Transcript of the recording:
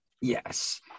Yes